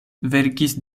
verkis